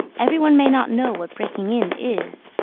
every one may not know what breaking in is,